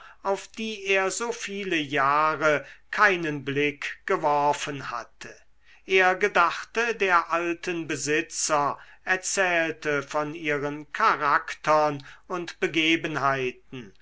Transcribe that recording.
auf die er so viele jahre keinen blick geworfen hatte er gedachte der alten besitzer erzählte von ihren charaktern und begebenheiten